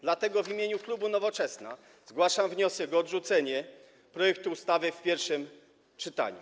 Dlatego w imieniu klubu Nowoczesna zgłaszam wniosek o odrzucenie projektu ustawy w pierwszym czytaniu.